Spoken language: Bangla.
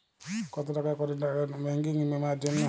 কত টাকা করে লাগে ব্যাঙ্কিং বিমার জন্য?